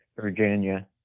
Virginia